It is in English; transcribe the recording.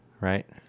right